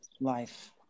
life